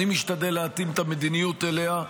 אני משתדל להתאים את המדיניות אליה.